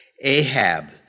Ahab